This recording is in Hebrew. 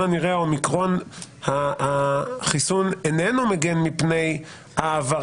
הנראה החיסון איננו מגן מפני ה-אומיקרון,